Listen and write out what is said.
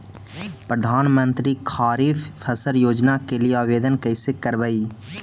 प्रधानमंत्री खारिफ फ़सल योजना के लिए आवेदन कैसे करबइ?